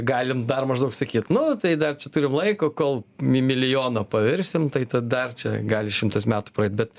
galim dar maždaug sakyt nu tai dar turim laiko kol mi milijono pavirsim tai tad dar čia gali šimtas metų praeit bet